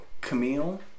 Camille